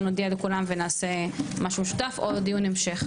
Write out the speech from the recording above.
נודיע לכולם ונעשה משהו משותף או דיון המשך.